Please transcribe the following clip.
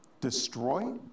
destroy